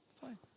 fine